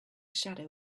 shadow